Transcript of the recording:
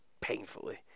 painfully